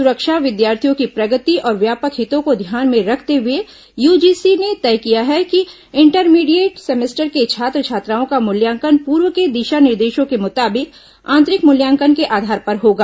सुरक्षा विद्यार्थियों की प्रगति और व्यापक हितों को ध्यान में रखते हुए यूजीसी ने तय किया है कि इंटरमीडिएट सेमेस्टर के छात्र छात्राओं का मूल्यांकन पूर्व के दिशा निर्देशों के मुताबिक आंतरिक मूल्यांकन के आधार पर होगा